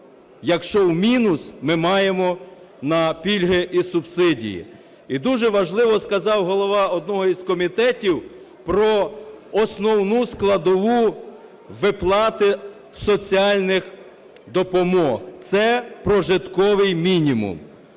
якщо в мінус ми маємо на пільги і субсидії. І дуже важливо сказав голова одного із комітетів про основну складову виплати соціальних допомог – це прожитковий мінімум.